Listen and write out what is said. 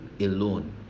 alone